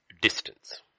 distance